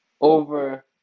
over